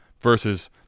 Versus